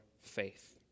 faith